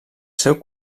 seu